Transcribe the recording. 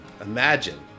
Imagine